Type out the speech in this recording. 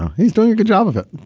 he's doing a good job of it.